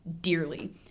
dearly